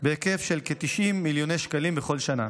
בהיקף של כ-90 מיליוני שקלים בכל שנה.